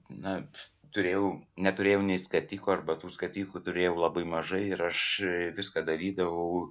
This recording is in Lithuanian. na turėjau neturėjau nė skatiko arba tų skatikų turėjau labai mažai ir aš viską darydavau